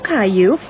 Caillou